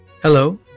Hello